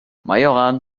majoran